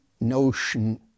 notion